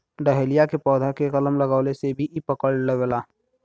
dahlia के पौधा के कलम लगवले से भी इ पकड़ लेवला